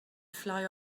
fly